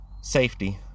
Safety